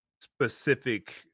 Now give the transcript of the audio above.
specific